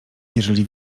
jeżeli